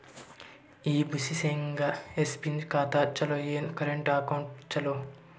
ಈ ಬ್ಯುಸಿನೆಸ್ಗೆ ಎಸ್.ಬಿ ಖಾತ ಚಲೋ ಏನು, ಕರೆಂಟ್ ಅಕೌಂಟ್ ಚಲೋ?